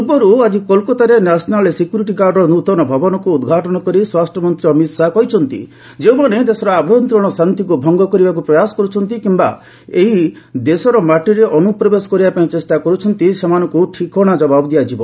ପୂର୍ବରୁ ଆଜି କୋଲକାତାରେ ନ୍ୟାସନାଲ ସିକ୍ୟୁରିଟି ଗାର୍ଡର ନୃତନ ଭବନକୁ ଉଦ୍ଘାଟନ କରି ସ୍ୱରାଷ୍ଟ୍ରମନ୍ତ୍ରୀ ଅମିତ ଶାହା କହିଛନ୍ତି ଯେଉଁମାନେ ଦେଶର ଆଭ୍ୟନ୍ତରୀଣ ଶାନ୍ତିକୁ ଭଙ୍ଗ କରିବାକୁ ପ୍ରୟାସ କରୁଛନ୍ତି କିମ୍ବା ଏହି ଦେଶର ମାଟିରେ ଅନୁପ୍ରବେଶ ପାଇଁ ଚେଷ୍ଟା କରୁଛନ୍ତି ସେମାନଙ୍କୁ ଠିକଣା ଯବାବ ଦିଆଯିବ